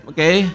Okay